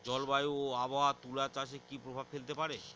জলবায়ু ও আবহাওয়া তুলা চাষে কি প্রভাব ফেলতে পারে?